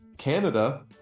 canada